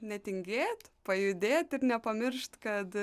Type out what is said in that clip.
netingėt pajudėt ir nepamiršt kad